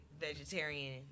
vegetarian